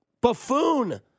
buffoon